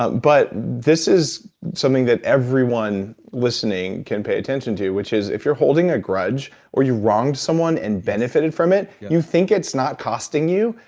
but but this is something that everyone listening can pay attention to, which is, if you're holding a grudge, or you wronged someone and benefited from it. you think it's not costing you?